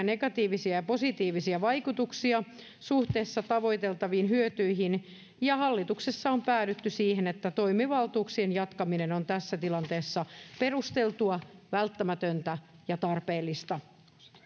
negatiivisia ja positiivisia vaikutuksia suhteessa tavoiteltaviin hyötyihin ja hallituksessa on päädytty siihen että toimivaltuuksien jatkaminen on tässä tilanteessa perusteltua välttämätöntä ja tarpeellista